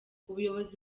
ubuyobozi